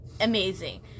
amazing